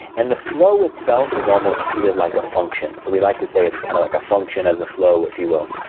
and the flow itself is almost treated like a function. so we like to say it's kind of like a function as a flow, if you will.